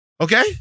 Okay